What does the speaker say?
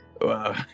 Wow